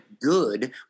good